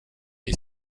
est